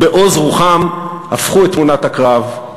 ובעוז רוחם הפכו את תמונת הקרב,